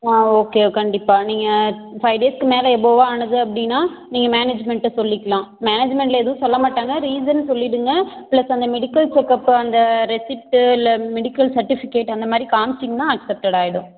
ஆ okay கண்டிப்பாக நீங்கள் five டேஸ்க்கு மேலே எபோவா ஆனது அப்படினா நீங்கள் மேனேஜ்மெண்கிட்ட சொல்லிக்கிலாம் மேனேஜ்மெண்ட்டில் எதுவும் சொல்ல மாட்டாங்க ரீசன் சொல்லிடுங்கள் ப்ளஸ் அந்த மெடிக்கல் செக்கப்பு அந்த ரெசீப்ட்டு இல்லை மெடிக்கல் சர்ட்டிஃபிக்கேட் அந்த மாதிரி காமிச்சிங்கனால் அக்சப்ட்டடாயிடும்